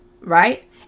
Right